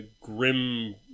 Grim